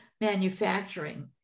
manufacturing